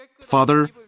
Father